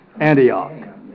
Antioch